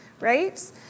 Right